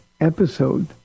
episode